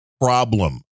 problem